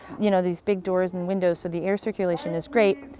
you know, these big doors and windows for the air circulation is great.